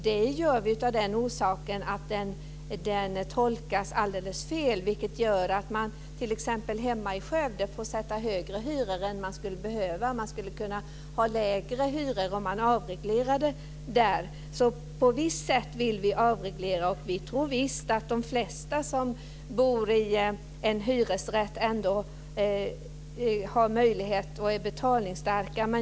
Det vill vi av den orsaken att regleringen tolkas alldeles fel, vilket gör att man t.ex. hemma i Skövde får sätta högre hyror än man skulle behöva. Man skulle kunna ha lägre hyror med en avreglerad marknad. Vi vill avreglera på visst sätt. Vi tror visst att de flesta som bor i hyresrätt är betalningsstarka.